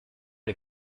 les